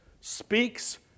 Speaks